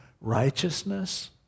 righteousness